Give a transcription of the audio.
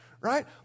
right